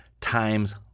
times